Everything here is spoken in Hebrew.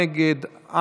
נגד,